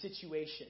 situation